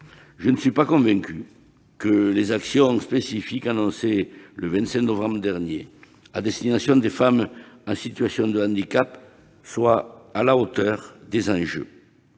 je ne suis pas convaincu que les actions spécifiques annoncées le 25 novembre dernier à destination des femmes en situation de handicap soient à la hauteur des enjeux.